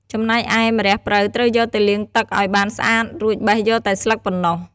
ចំណែកឯ ម្រះព្រៅត្រូវយកទៅលាងទឹកឲ្យបានស្អាត រួចបេះយកតែស្លឹកប៉ុណ្ណោះ។